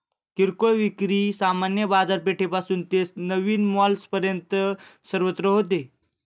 किरकोळ विक्री सामान्य बाजारपेठेपासून ते नवीन मॉल्सपर्यंत सर्वत्र होते